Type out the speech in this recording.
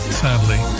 sadly